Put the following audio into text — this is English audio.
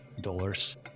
dollars